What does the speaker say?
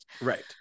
Right